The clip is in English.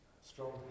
strong